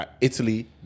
Italy